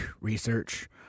research